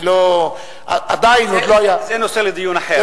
אני עוד לא, זה נושא לדיון אחר.